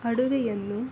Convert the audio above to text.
ಅಡುಗೆಯನ್ನು